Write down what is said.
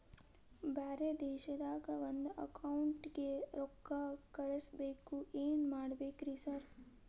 ಬ್ಯಾರೆ ದೇಶದಾಗ ಒಂದ್ ಅಕೌಂಟ್ ಗೆ ರೊಕ್ಕಾ ಕಳ್ಸ್ ಬೇಕು ಏನ್ ಮಾಡ್ಬೇಕ್ರಿ ಸರ್?